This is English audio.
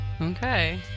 Okay